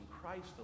Christ